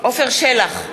עפר שלח,